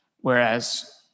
Whereas